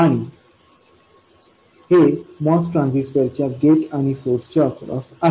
आणि हे MOS transistor च्या गेट आणि सोर्स च्या अक्रॉस आहे